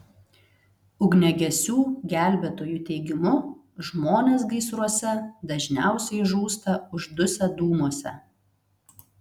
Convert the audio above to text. ugniagesių gelbėtojų teigimu žmonės gaisruose dažniausiai žūsta uždusę dūmuose